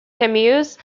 cameos